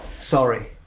Sorry